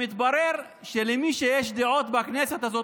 מתברר שלמי שיש דעות בכנסת הזאת,